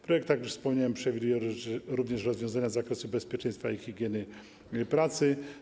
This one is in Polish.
Projekt, tak jak wspomniałem, przewiduje również rozwiązania z zakresu bezpieczeństwa i higieny pracy.